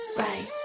right